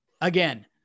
Again